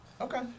Okay